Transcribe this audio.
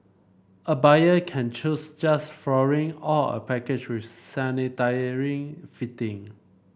a buyer can choose just flooring or a package with sanitary fitting